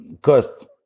cost